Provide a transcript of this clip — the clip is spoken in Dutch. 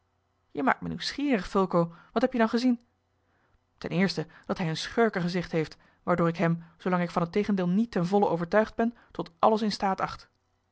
je maakt me nieuwsgierig fulco wat heb je dan gezien ten eerste dat hij een schurkengezicht heeft waardoor ik hem zoolang ik van het tegendeel niet ten volle overtuigd ben tot alles in staat acht